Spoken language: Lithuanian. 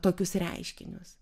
tokius reiškinius